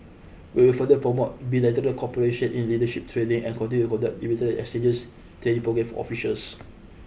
we will further promote bilateral cooperation in leadership training and continue conduct bilateralexchanges training program officials